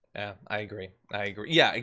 i agree, i agree, yeah,